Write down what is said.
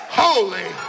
holy